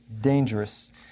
dangerous